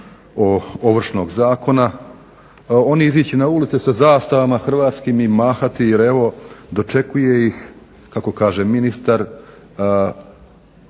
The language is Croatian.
Ovršnog zakona oni izići na ulice sa zastavama hrvatskim i mahati jer evo dočekuje ih, kako kaže ministar,